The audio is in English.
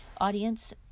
audience